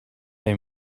they